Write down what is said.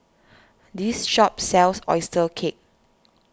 this shop sells Oyster Cake